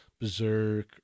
Berserk